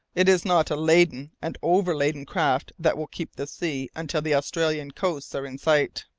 it is not a laden and overladen craft that will keep the sea until the australian coasts are in sight.